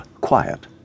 quiet